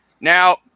Now